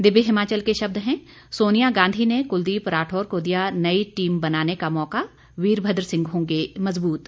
दिव्य हिमाचल के शब्द हैं सोनिया गांधी ने कुलदीप राठौर को दिया नई टीम बनाने का मौका वीरमद्र सिंह होंगे मजबूत